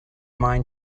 mind